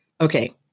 okay